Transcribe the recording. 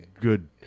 good